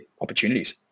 opportunities